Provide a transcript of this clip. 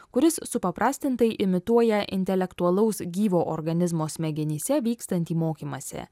kuris supaprastintai imituoja intelektualaus gyvo organizmo smegenyse vykstantį mokymąsi